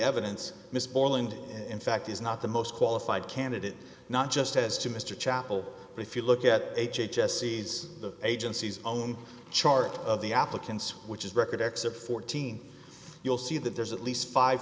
evidence miss borland in fact is not the most qualified candidate not just heads to mr chapel but if you look at h h s sees the agency's own chart of the applicants which is record x or fourteen you'll see that there's at least five